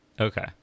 Okay